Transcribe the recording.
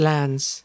Lands